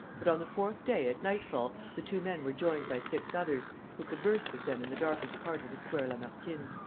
but, on the fourth day, at nightfall, the two men were joined by six others, who conversed with them in the darkest part of the square lamartine.